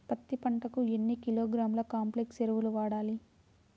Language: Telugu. పత్తి పంటకు ఎన్ని కిలోగ్రాముల కాంప్లెక్స్ ఎరువులు వాడాలి?